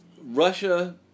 Russia